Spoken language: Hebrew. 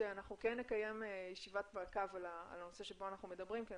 שאנחנו כן נקיים ישיבת מעקב על הנושא שעליו אנחנו מדברים כי אני